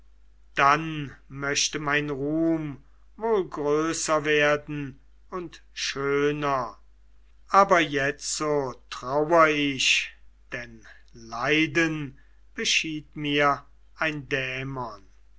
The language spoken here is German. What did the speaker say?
dann möchte mein ruhm wohl größer werden und schöner aber jetzo traur ich denn leiden beschied mir ein dämon